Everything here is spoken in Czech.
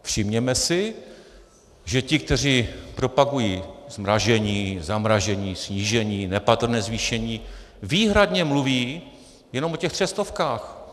Všimněme si, že ti, kteří propagují zmražení, zamražení, snížení, nepatrné zvýšení, výhradně mluví jenom o těch třech stovkách.